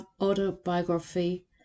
autobiography